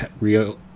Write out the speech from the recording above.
Real